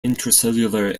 intracellular